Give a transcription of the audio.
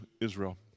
Israel